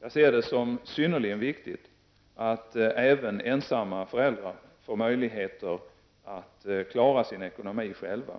Jag ser det som synnerligen viktigt att även ensamma föräldrar får möjligheter att klara sin ekonomi själva.